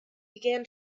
began